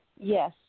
Yes